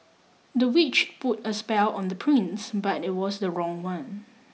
the witch put a spell on the prince but it was the wrong one